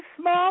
small